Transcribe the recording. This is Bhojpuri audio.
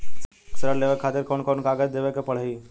ऋण लेवे के खातिर कौन कोन कागज देवे के पढ़ही?